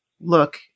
look